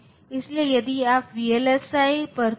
तो यह अंतिम स्थिति है जो यहां आने के लिए निकलती है